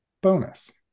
bonus